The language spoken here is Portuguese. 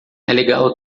legal